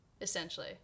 essentially